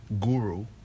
guru